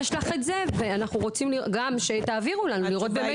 חד משמעית, כן.